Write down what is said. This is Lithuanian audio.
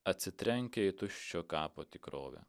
atsitrenkia į tuščio kapo tikrovę